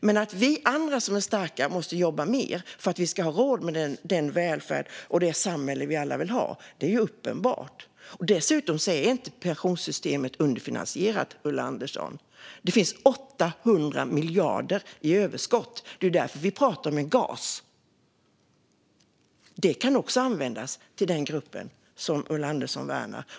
Men att vi andra som är starka måste jobba mer för att Sverige ska ha råd med den välfärd och det samhälle vi alla vill ha är uppenbart. Dessutom är pensionssystemet inte underfinansierat, Ulla Andersson. Det finns 800 miljarder i överskott. Det är därför vi pratar om en gas, och den kan även användas till den grupp Ulla Andersson värnar.